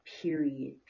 period